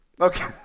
Okay